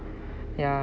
ya